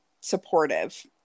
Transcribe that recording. supportive